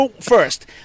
first